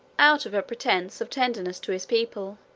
out of a pretence of tenderness to his people,